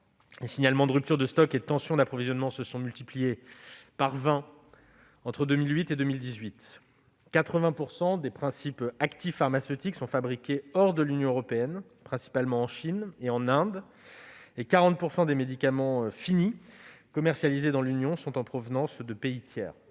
les signalements de ruptures de stocks et de tensions d'approvisionnement ont été multipliés par vingt entre 2008 et 2018, quelque 80 % des principes actifs pharmaceutiques sont fabriqués hors de l'Union européenne, principalement en Chine et en Inde, et 40 % des médicaments finis commercialisés dans l'Union sont en provenance de pays tiers.